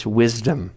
wisdom